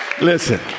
listen